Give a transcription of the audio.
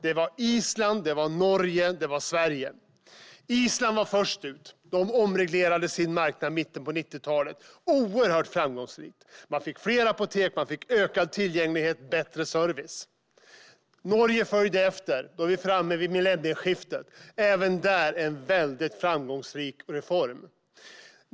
Det var Island, Norge och Sverige. Island var först ut och omreglerade sin marknad i mitten av 90-talet. Det var oerhört framgångsrikt. Man fick fler apotek, ökad tillgänglighet och bättre service. Norge följde efter vid millennieskiftet. Även där var det en mycket framgångsrik reform.